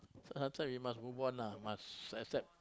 sometimes we must move on lah must accept